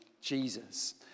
Jesus